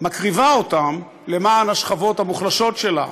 מקריבה אותם למען השכבות המוחלשות שלה,